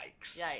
Yikes